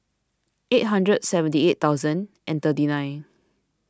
eight hundred seventy eight thousand and thirty nine